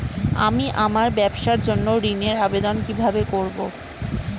আমি আমার ব্যবসার জন্য ঋণ এর আবেদন কিভাবে করব?